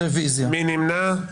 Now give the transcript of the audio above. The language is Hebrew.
מי נמנע?